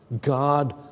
God